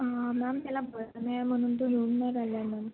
आं ma'am त्याला बरं नाही आहे म्हणून तो येऊन नाही राहिला आहे मॅम